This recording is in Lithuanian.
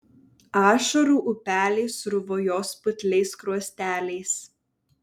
ašarų upeliai sruvo jos putliais skruosteliais